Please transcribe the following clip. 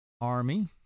Army